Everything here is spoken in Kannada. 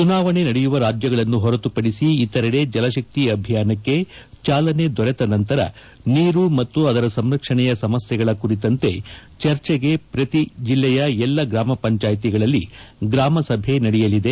ಚುನಾವಣೆ ನಡೆಯುವ ರಾಜ್ಲಗಳನ್ನು ಹೊರತುಪಡಿಸಿ ಇತರೆಡೆ ಜಲಶಕ್ತಿ ಅಭಿಯಾನಕ್ಕೆ ್ತೆ ಚಾಲನೆ ದೊರೆತ ನಂತರ ನೀರು ಮತ್ತು ಅದರ ಸಂರಕ್ಷಣೆಯ ಸಮಸ್ನೆಗಳ ಕುರಿತಂತೆ ಚರ್ಚೆಗೆ ಪ್ರತಿ ಜಿಲ್ಲೆಯ ಎಲ್ಲಾ ಗ್ರಾಮ ಪಂಚಾಯಿತಿಗಳಲ್ಲಿ ಗ್ರಾಮಸಭೆ ನಡೆಯಲಿದೆ